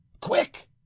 quick